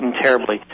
terribly